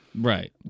Right